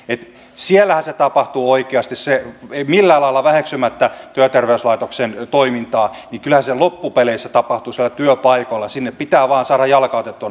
ei siellä tapahtuu oikeasti se vei millä alalla väheksymättä työterveyslaitoksen toimintaa kyllä se loppupeleissä tapahtuisi ja työpaikalla sinne pitää vaasa rajala katetun